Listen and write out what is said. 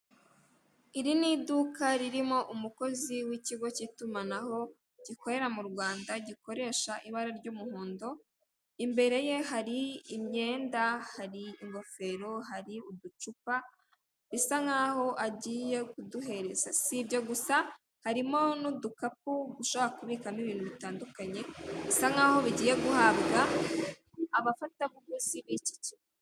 Iri ni iduka ririmo umukozi w'ikigo cy'itumanaho gikorera mu Rwanda gikoresha ibara ry'umuhondo, imbere ye hari imyenda, hari ingofero, hari uducupa, bisa nkaho agiye kuduhereza, si ibyo gusa harimo n'udukapu ushobora kubikamo ibintu bitandukanye bisa nkaho bigiye guhabwa abafatabuguzi b'iki kigo.